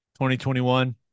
2021